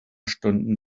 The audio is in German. stunden